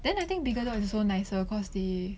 then I think bigger dog also nicer cause they